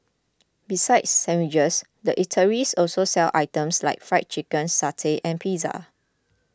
besides sandwiches the eateries also sell items like Fried Chicken satay and pizza